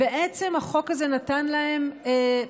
בעצם החוק הזה נתן להם,